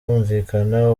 kumvikana